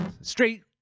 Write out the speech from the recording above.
straight